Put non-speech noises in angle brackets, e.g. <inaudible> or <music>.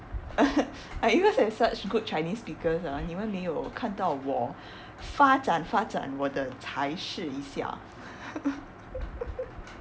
<laughs> I even have such good chinese speakers ah 你们没有看到我发展发展我的才使一下 <laughs>